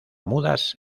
mudas